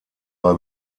bei